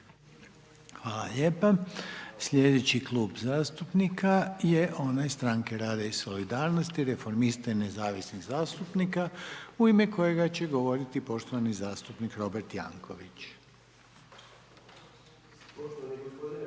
Hvala. Slijedeći je Klub zastupnika onaj Stranke rada i solidarnosti, Reformista i nezavisnih zastupnika u ime kojega će govoriti poštovani zastupnik Robert Jankovics. **Jankovics, Robert